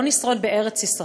לא נשרוד בארץ ישראל.